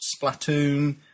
Splatoon